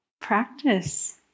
practice